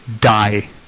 die